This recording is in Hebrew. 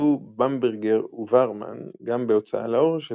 עסקו במברגר ווואהרמן גם בהוצאה לאור של